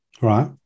Right